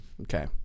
okay